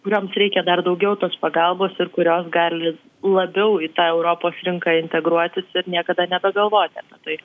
kurioms reikia dar daugiau tos pagalbos ir kurios gali labiau į tą europos rinką integruotis ir niekada nebegalvoti apie tai